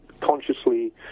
consciously